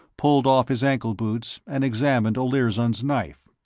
pulled off his ankle boots, and examined olirzon's knife.